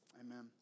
Amen